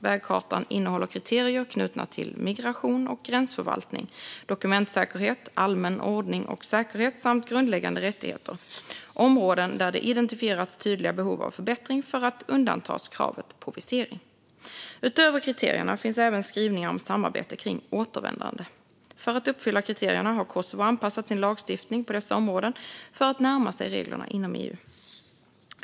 Vägkartan innehåller kriterier knutna till migration och gränsförvaltning, dokumentsäkerhet, allmän ordning och säkerhet samt grundläggande rättigheter - områden där det identifierats tydliga behov av förbättring för att undantas från kravet på visering. Utöver kriterierna finns även skrivningar om samarbete kring återvändande. För att uppfylla kriterierna har Kosovo anpassat sin lagstiftning på dessa områden för att närma sig reglerna inom EU.